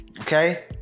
Okay